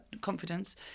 confidence